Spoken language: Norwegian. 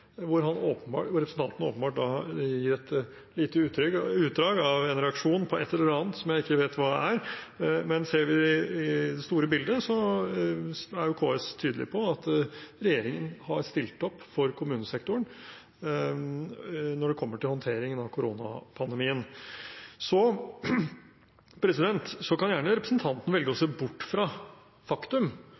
Representanten gir åpenbart et lite utdrag av en reaksjon på et eller annet som jeg ikke vet hva er. Men ser vi det store bildet, er KS tydelig på at regjeringen har stilt opp for kommunesektoren når det gjelder håndteringen av koronapandemien. Så kan gjerne representanten velge å se bort fra faktum,